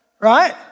right